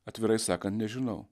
atvirai sakant nežinau